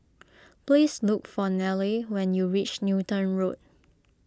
please look for Nelie when you reach Newton Road